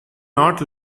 not